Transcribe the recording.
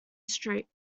street